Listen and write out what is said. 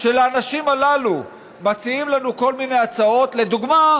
של האנשים הללו מציעים לנו כל מיני הצעות, לדוגמה